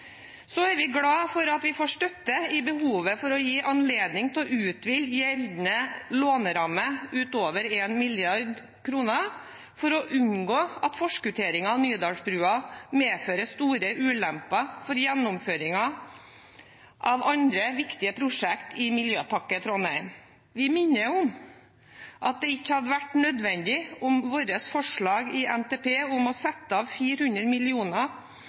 Så er vi glad for at vi får støtte i behovet for å gi anledning til å utvide gjeldende låneramme ut over 1 mrd. kr for å unngå at forskutteringen av Nydalsbrua medfører store ulemper for gjennomføringen av andre viktige prosjekt i Miljøpakke Trondheim. Vi minner om at det ikke hadde vært nødvendig om vårt forslag i NTP om å sette av 400